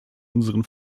unseren